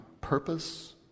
purpose